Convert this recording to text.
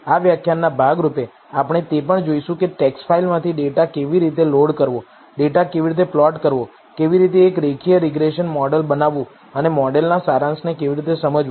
આ વ્યાખ્યાનના ભાગ રૂપે આપણે તે પણ જોઈશું કે ટેક્સ્ટ ફાઇલ માંથી ડેટા કેવી રીતે લોડ કરવો ડેટા કેવી રીતે પ્લોટ કરવો કેવી રીતે એક રેખીય રીગ્રેસન મોડેલ બનાવવું અને મોડેલના સારાંશને કેવી રીતે સમજવું